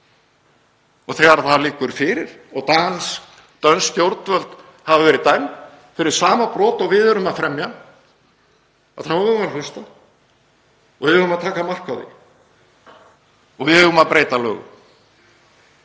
Þegar það liggur fyrir og dönsk stjórnvöld hafa verið dæmd fyrir sama brot og við erum að fremja þá eigum við að hlusta og við eigum að taka mark á því og við eigum að breyta lögum.